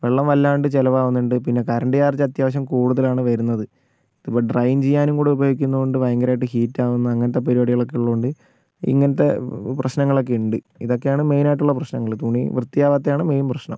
വെള്ളം വല്ലാണ്ട് ചിലവാകുന്നുണ്ട് പിന്നെ കറൻറ്റ് ചാർജ് അത്യാവശ്യം കൂടുതലാണ് വരുന്നത് ഇപ്പോൾ ഡ്രയിൻ ചെയ്യാനും കൂടെ ഉപയോഗിക്കുന്നത് കൊണ്ട് ഭയങ്കരമായിട്ട് ഹീറ്റ് ആകുന്നു അങ്ങനത്തെ പരിപാടികൾ ഒക്കെ ഉള്ളതുകൊണ്ട് ഇങ്ങനത്തെ പ്രശ്നങ്ങൾ ഒക്കെ ഉണ്ട് ഇതൊക്കെയാണ് മെയിൻ ആയിട്ടുള്ള പ്രശ്നങ്ങൾ തുണി വൃത്തിയാകാത്തത് ആണ് മെയിൻ പ്രശ്നം